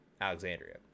Alexandria